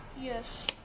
Yes